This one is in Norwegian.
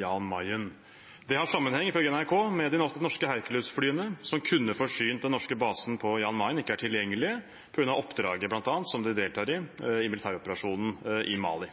Jan Mayen. Det har ifølge NRK sammenheng med at de norske Hercules-flyene som kunne forsynt den norske basen på Jan Mayen, ikke er tilgjengelige, bl.a. på grunn av oppdraget som de deltar i i militæroperasjonen i Mali.